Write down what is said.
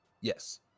Yes